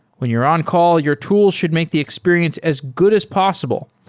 when you're on-call, your tool should make the experience as good as possible,